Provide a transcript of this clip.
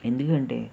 ఎందుకంటే